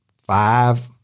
five